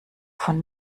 von